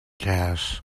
gash